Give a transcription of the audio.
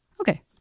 okay